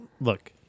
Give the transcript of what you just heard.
Look